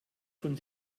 von